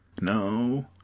No